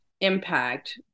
impact